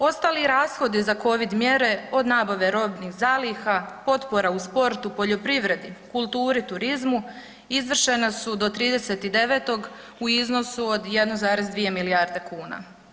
Ostali rashodi za COVID mjere od nabave robnih zaliha, potpora u sportu, poljoprivredi, kulturi, turizmu izvršena su do 30.9 u iznosu od 1,2 milijarde kuna.